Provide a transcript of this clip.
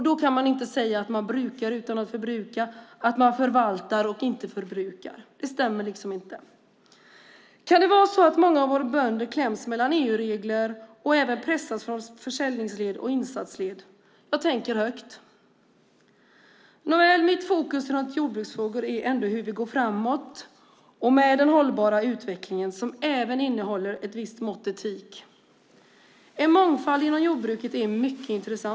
Då kan man inte säga att man brukar utan att förbruka, att man förvaltar och inte förbrukar. Det stämmer liksom inte. Kan det vara så att många av våra bönder kläms mellan EU-regler och pressas mellan försäljningsled och insatsled? Jag tänker högt. Mitt fokus på jordbruksfrågor handlar ändå om hur vi går framåt med en hållbar utveckling som även innehåller ett visst mått av etik. Mångfald inom jordbruket är mycket intressant.